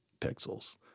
pixels